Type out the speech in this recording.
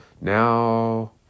Now